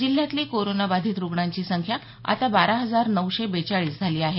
जिल्ह्यातली कोरोनाबाधित रुग्णांची संख्या आता बारा हजार नऊशे बेचाळीस झाली आहे